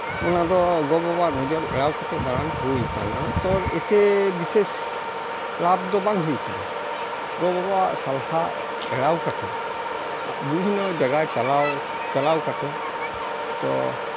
ᱚᱱᱟ ᱫᱚ ᱜᱚᱼᱵᱟᱵᱟᱣᱟᱜ ᱱᱚᱡᱚᱨ ᱮᱲᱟᱣ ᱠᱟᱛᱮᱫ ᱫᱟᱬᱟᱱ ᱦᱩᱭᱟᱠᱟᱱᱟ ᱛᱚ ᱮᱛᱮ ᱵᱤᱥᱮᱥ ᱞᱟᱵᱽ ᱫᱚ ᱵᱟᱝ ᱦᱩᱭᱟᱠᱟᱱᱟ ᱜᱚᱼᱵᱟᱵᱟᱣᱟᱜ ᱥᱟᱞᱦᱟ ᱮᱲᱟᱣ ᱠᱟᱛᱮᱫ ᱵᱤᱵᱷᱤᱱᱱᱚ ᱡᱟᱭᱜᱟ ᱪᱟᱞᱟᱣ ᱪᱟᱞᱟᱣ ᱠᱟᱛᱮᱫ ᱛᱚ